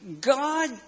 God